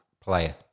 player